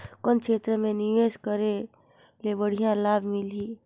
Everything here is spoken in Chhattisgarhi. कौन क्षेत्र मे निवेश करे ले बढ़िया लाभ मिलही?